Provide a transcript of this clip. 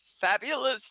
fabulous